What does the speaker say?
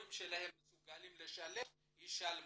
שהורים שלהם מסוגלים לשלם, ישלמו.